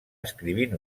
escrivint